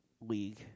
League